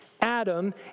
Adam